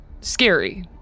scary